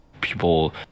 people